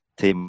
Thì